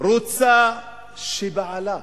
רוצה שבעלה,